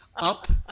up